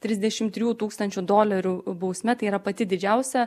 trisdešimt trijų tūkstančių dolerių bausme tai yra pati didžiausia